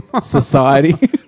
Society